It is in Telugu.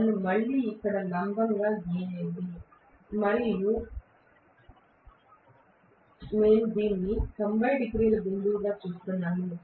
నన్ను మళ్ళీ ఇక్కడ లంబంగా గీయండి మరియు నేను దీన్ని 90 డిగ్రీల బిందువుగా చూస్తున్నాను